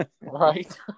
Right